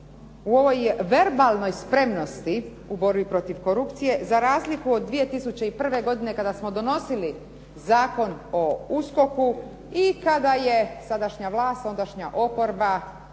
u ovoj verbalnoj spremnosti u borbi protiv korupcije za razliku od 2001. godine kada smo donosili Zakon o USKOK-u i kada je sadašnja vlast ondašnja oporba